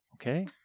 okay